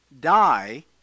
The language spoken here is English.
die